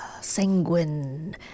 sanguine